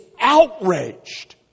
outraged